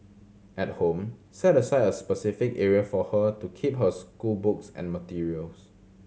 at home set aside a specific area for her to keep her schoolbooks and materials